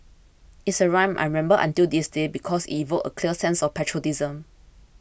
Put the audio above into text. it's a rhythm I remember until this day because evoked a clear sense of patriotism